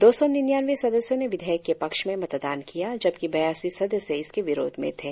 दो सौ निन्यानबें सदस्यों ने विधेयक के पक्ष में मतदान किया जबकि बयासी सदस्य इसके विरोध में थे